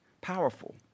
powerful